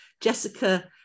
Jessica